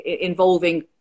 involving